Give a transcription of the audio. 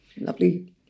lovely